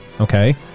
okay